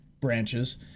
branches